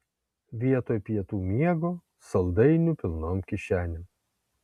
vietoj pietų miego saldainių pilnom kišenėm